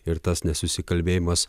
ir tas nesusikalbėjimas